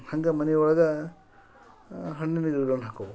ಹಾಗೆ ಮನೆ ಒಳಗೆ ಹಣ್ಣಿನ ಗಿಡಗಳನ್ನು ಹಾಕ್ಕೊಬೇಕು